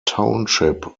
township